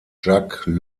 jacques